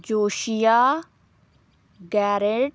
ਜੋਸ਼ੀਆ ਗੈਰਿਡ